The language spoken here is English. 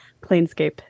Planescape